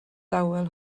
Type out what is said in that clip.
dawel